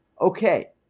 Okay